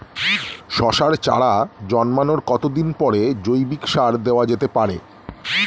শশার চারা জন্মানোর কতদিন পরে জৈবিক সার দেওয়া যেতে পারে?